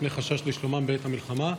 מפני חשש לשלומם בעת המלחמה.